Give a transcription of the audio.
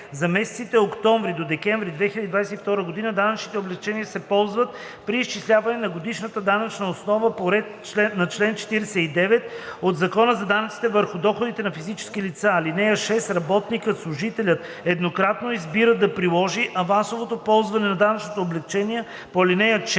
За месеците октомври-декември 2022 г. данъчните облекчения се ползват при изчисляване на годишната данъчна основа по реда на чл. 49 от Закона за данъците върху доходите на физическите лица. (6) Работникът/служителят еднократно избира да приложи авансовото ползване на данъчно облекчение по ал. 4